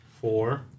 four